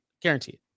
Guaranteed